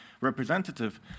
representative